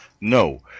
No